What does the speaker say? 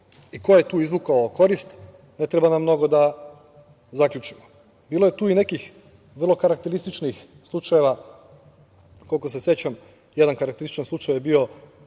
Ko je tu izvukao korist? Ne treba nam mnogo da zaključimo. Bilo je tu i nekih vrlo karakterističnih slučajeva. Koliko se sećam, jedan karakterističan slučaj je bio